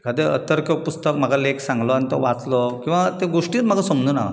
एकादें अतर्क पुस्तक म्हाका लेख सांगलो आनी तो वाचलो किंवा तो गोश्टीच म्हाका समजुना